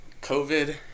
COVID